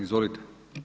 Izvolite.